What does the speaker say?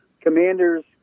Commanders